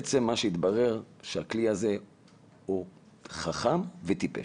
בעצם מה שהתברר, שהכלי הזה הוא חכם וטיפש.